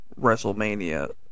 WrestleMania